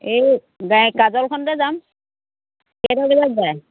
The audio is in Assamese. এই ডাই কাজলখনতে যাম